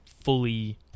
fully